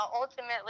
ultimately